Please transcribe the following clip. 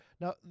now